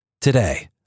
Today